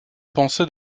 pensais